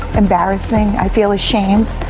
embarrassing, i feel ashamed,